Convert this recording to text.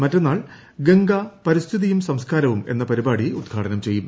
മറ്റന്നാൾ ഗംഗാ പരിസ്ഥിതിയും സംസ്ക്കാരവും എന്ന പരിപാടി ഉദ്ഘാടനം ചെയ്യും